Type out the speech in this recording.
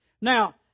Now